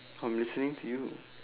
how many listening to you